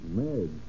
mad